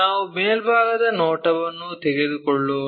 ನಾವು ಮೇಲ್ಭಾಗದ ನೋಟವನ್ನು ತೆಗೆದುಕೊಳ್ಳೋಣ